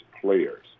players